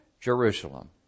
Jerusalem